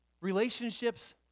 Relationships